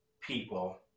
people